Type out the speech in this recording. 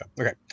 Okay